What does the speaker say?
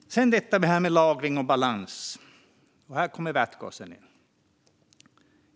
När det sedan gäller detta med lagring och balans kommer vätgasen in.